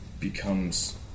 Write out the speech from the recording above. becomes